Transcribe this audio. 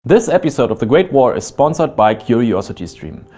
this episode of the great war is sponsored by curiosity stream.